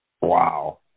Wow